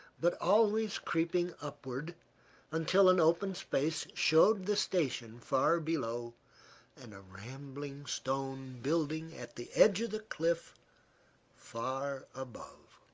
but always creeping upward until an open space showed the station far below and a rambling stone building at the edge of the cliff far above.